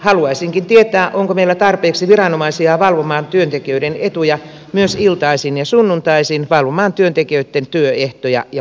haluaisinkin tietää onko meillä tarpeeksi viranomaisia valvomaan työntekijöiden etuja myös iltaisin ja sunnuntaisin valvomaan työntekijöitten työehtoja ja palkkausehtoja